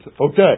Okay